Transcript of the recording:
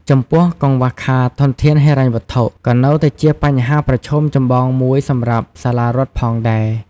ចំពោះ កង្វះខាតធនធានហិរញ្ញវត្ថុ ក៏នៅតែជាបញ្ហាប្រឈមចម្បងមួយសម្រាប់សាលារដ្ឋផងដែរ។